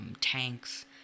tanks